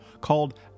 called